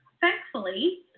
thankfully